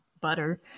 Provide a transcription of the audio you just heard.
butter